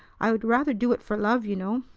i would rather do it for love, you know.